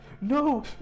No